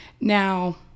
Now